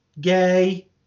gay